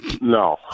No